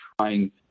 trying